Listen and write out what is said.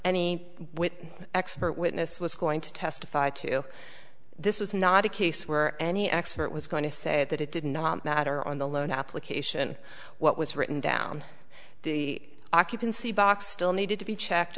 any expert witness was going to testify to this was not a case where any expert was going to say that it didn't matter on the loan application what was written down the occupancy box still needed to be checked